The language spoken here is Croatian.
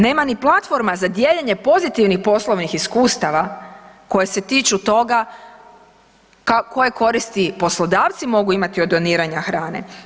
Nema ni platforma za dijeljenje pozitivnih poslovnih iskustava koje se tiču toga koje koristi poslodavci mogu imati od doniranja hrane.